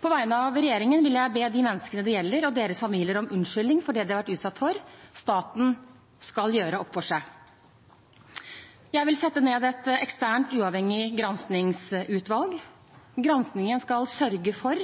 På vegne av regjeringen vil jeg be de menneskene det gjelder – og deres familier – om unnskyldning for det de har vært utsatt for. Staten skal gjøre opp for seg. Jeg vil sette ned et eksternt, uavhengig granskingsutvalg. Granskingen skal sørge for